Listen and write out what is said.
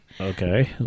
Okay